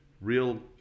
Real